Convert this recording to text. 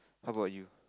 how about you